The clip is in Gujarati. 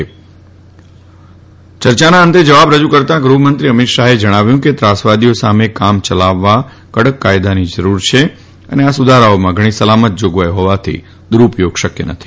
ખરડા પરની ચર્ચાના અંતે જવાબ રજુ કરતાં ગૃહમંત્રી અમિત શાહે જણાવ્યું કે ત્રાસવાદીઓ સામે કામ ચલાવવા કડક કાયદાની જરૂર છે અને આ સુધારાઓમાં ઘણી સલામત જાગવાઇઓ હાવાથી દુરુપયાા શક્ય નથી